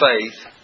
faith